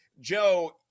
Joe